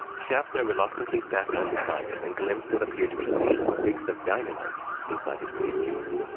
schaffner reluctantly sat down beside him and glimpsed what appeared to be eight sticks of dynamite inside his briefcase.